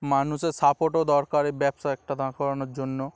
মানুষের সাপোর্টও দরকার এই ব্যবসা একটা দাঁড় করানোর জন্য